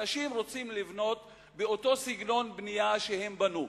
אנשים רוצים לבנות באותו סגנון בנייה שהם בנו.